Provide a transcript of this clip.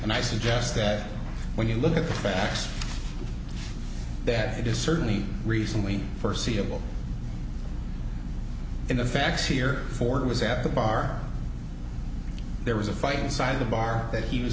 and i suggest that when you look at the facts that it is certainly reason we first see a will in the facts here ford was at the bar there was a fight inside the bar that he was